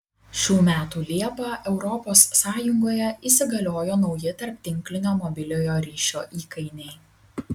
šių metų liepą europos sąjungoje įsigaliojo nauji tarptinklinio mobiliojo ryšio įkainiai